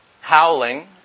howling